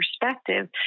perspective